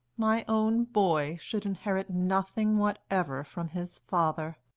my own boy, should inherit nothing whatever from his father.